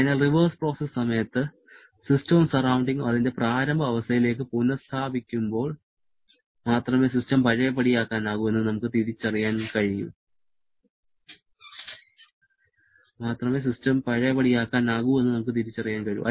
അതിനാൽ reverse process സമയത്ത് സിസ്റ്റവും സറൌണ്ടിങ്ങും അതിന്റെ പ്രാരംഭ അവസ്ഥയിലേക്ക് പുനസ്ഥാപിക്കുമ്പോൾ മാത്രമേ സിസ്റ്റം പഴയപടിയാക്കാനാകൂ എന്ന് നമുക്ക് തിരിച്ചറിയാൻ കഴിയൂ